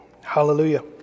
Hallelujah